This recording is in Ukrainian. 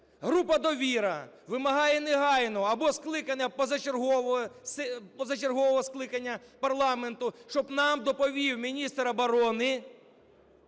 Група "Довіра" вимагає негайного або скликання, позачергового скликання парламенту, щоб нам доповів міністр оборони,